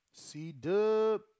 C-Dub